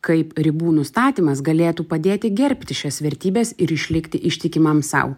kaip ribų nustatymas galėtų padėti gerbti šias vertybes ir išlikti ištikimam sau